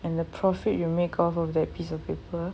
and the profit you make off of that piece of paper